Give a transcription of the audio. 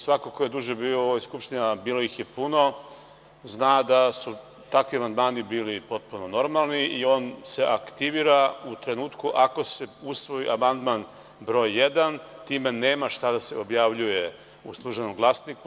Svako ko je duže bio u ovoj Skupštini, a bilo ih je puno, zna da su takvi amandmani bili potpuno normalno, i on se aktivira u trenutku ako se usvoji amandman broj 1. Time nema šta da se objavljuje u „Službenom glasniku“